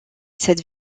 cette